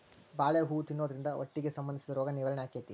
ಬಾಳೆ ಹೂ ತಿನ್ನುದ್ರಿಂದ ಹೊಟ್ಟಿಗೆ ಸಂಬಂಧಿಸಿದ ರೋಗ ನಿವಾರಣೆ ಅಕೈತಿ